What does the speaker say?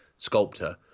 Sculptor